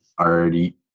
already